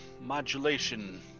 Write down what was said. modulation